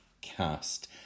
cast